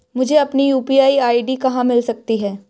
मुझे अपनी UPI ID कहां मिल सकती है?